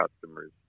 customers